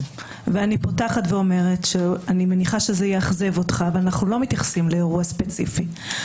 אני לא אוכל להתייחס לאירוע הספציפי הזה במעון דפנה מטעמים מובנים.